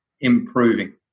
improving